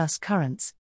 currents